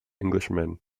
englishman